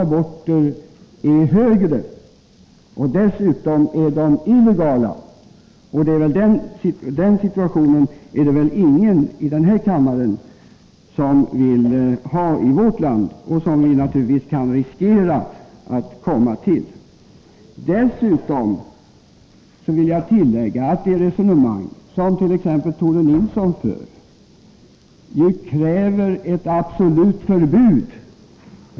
Vidare är de aborter som där utförs illegala, och det är väl en situation som ingen i kammaren vill ha i vårt land, men som vi naturligtvis kan riskera att hamna i. Jag vill också tillägga att de resonemang som t.ex. Tore Nilsson för innebär krav på ett absolut förbud.